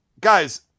Guys